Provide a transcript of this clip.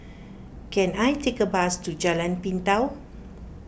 can I take a bus to Jalan Pintau